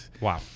wow